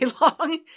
long